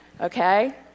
okay